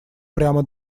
прямо